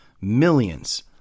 millions